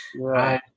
Right